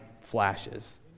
flashes